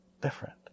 different